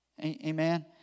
Amen